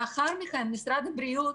לאחר מכן משרד הבריאות